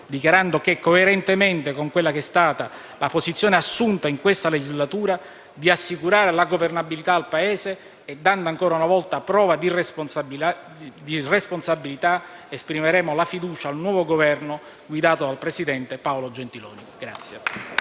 dichiarando che, coerentemente con quella che è stata la posizione assunta in questa legislatura di assicurare la governabilità al Paese e dando ancora una volta prova di responsabilità, esprimeremo la fiducia al nuovo Governo guidato dal presidente Paolo Gentiloni Silveri.